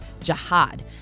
Jihad